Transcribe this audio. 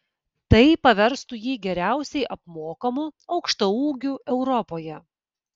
tai paverstų jį geriausiai apmokamu aukštaūgiu europoje